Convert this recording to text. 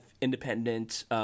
independent